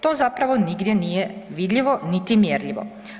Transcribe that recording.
To zapravo nigdje nije vidljivo, niti mjerljivo.